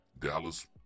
dallas